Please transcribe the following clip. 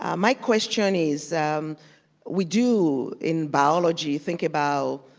um my question is we do in biology think about